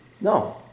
No